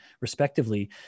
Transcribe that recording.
respectively